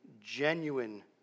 genuine